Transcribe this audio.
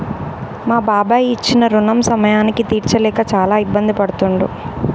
మా బాబాయి ఇచ్చిన రుణం సమయానికి తీర్చలేక చాలా ఇబ్బంది పడుతుండు